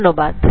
ধন্যবাদ